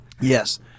yes